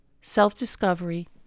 self-discovery